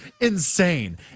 insane